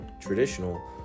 traditional